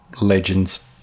legends